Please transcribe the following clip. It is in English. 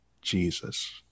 jesus